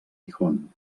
gijón